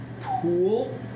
pool